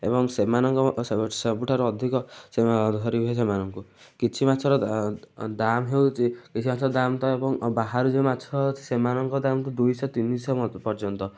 ଏବଂ ସେମାନଙ୍କ ସବୁଠାରୁ ଅଧିକ ଧରିବେ ସେମାନଙ୍କୁ କିଛି ମାଛର ଦାମ୍ ହେଉଛି ଦାମ୍ ତ ଏବେ ବାହାରେ ଯେମିତି ମାଛ ଅଛି ସେମାନଙ୍କ ଦାମ୍ ତ ଦୁଇଶହ ତିନିଶହ ପର୍ଯ୍ୟନ୍ତ